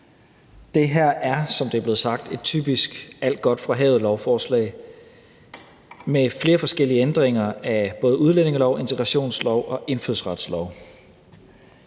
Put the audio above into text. Det her er, som det er blevet sagt, et typisk alt godt fra havet-lovforslag med flere forskellige ændringer af både udlændingelov, integrationslov og indfødsretslov.